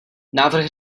návrh